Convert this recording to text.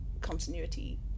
continuity